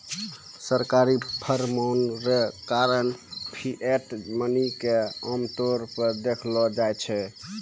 सरकारी फरमान रो कारण फिएट मनी के आमतौर पर देखलो जाय छै